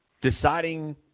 deciding